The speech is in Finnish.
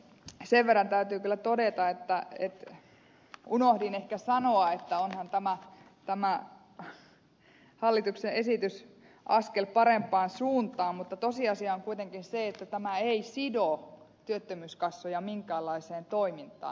sen verran täytyy kyllä todeta että unohdin ehkä sanoa että onhan tämä hallituksen esitys askel parempaan suuntaan mutta tosiasia on kuitenkin se että tämä ei sido työttömyyskassoja minkäänlaiseen toimintaan